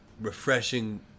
refreshing